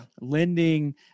lending